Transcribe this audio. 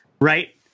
right